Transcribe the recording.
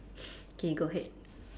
okay go ahead